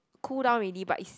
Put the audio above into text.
cool down already but is